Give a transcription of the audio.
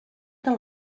del